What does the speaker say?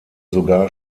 sogar